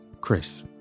Chris